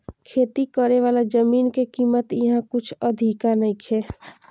खेती करेवाला जमीन के कीमत इहा कुछ अधिका नइखे